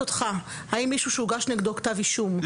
האם מישהו שהוגש נגדו כתב אישום,